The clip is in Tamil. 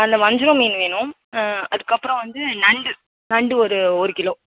அந்த வஞ்சிரம் மீன் வேணும் அதுக்கப்புறம் வந்து நண்டு நண்டு ஒரு ஒரு கிலோ